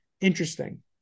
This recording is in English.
interesting